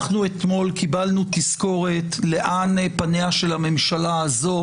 אתמול קיבלנו תזכורת לאן פניה של הממשלה הזאת,